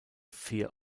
fear